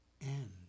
end